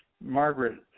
Margaret